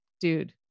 dude